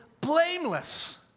blameless